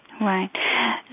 Right